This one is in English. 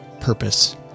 purpose